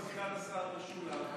סגן השר משולם,